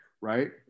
right